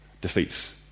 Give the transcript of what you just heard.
defeats